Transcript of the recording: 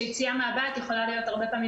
שיציאה מהבית יכולה להיות הרבה פעמים